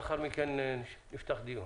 לאחר מכן נפתח דיון.